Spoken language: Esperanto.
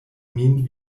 min